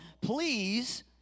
please